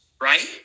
Right